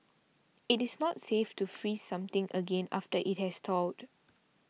it is not safe to freeze something again after it has thawed